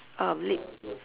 uh lip